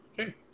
Okay